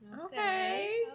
Okay